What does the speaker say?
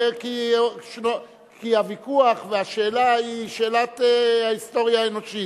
כי הוויכוח והשאלה היא שאלת ההיסטוריה האנושית.